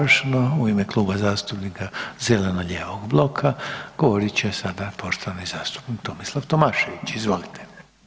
I završno u ime Kluba zastupnika zeleno-lijevog bloka, govorit će sada poštovani zastupnik Tomislav Tomašević, izvolite.